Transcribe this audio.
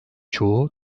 çoğu